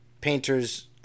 Painter's